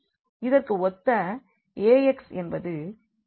இதற்கு ஒத்த Ax என்பது b ஈக்குவேஷனுக்கு சமமாக இருக்கும்